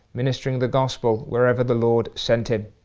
ministering the gospel wherever the lord sent him.